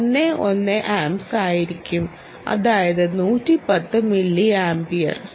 11 amps ആയിരിക്കും അതായത് 110 മില്ലിയാംപിയ റുകൾ